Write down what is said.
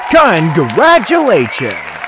Congratulations